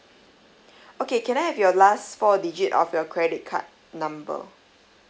okay can I have your last four digit of your credit card number